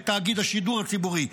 בתאגיד השידור הציבורי,